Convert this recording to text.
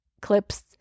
clips